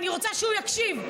אני רוצה שהוא יקשיב,